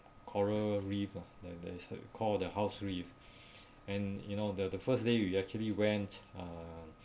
coral reef lah there there is a called the house reef and you know the the first day we actually went uh